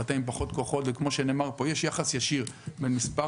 ואתה עם פחות כוחות כמו שנאמר פה יש יחס ישיר בין מספר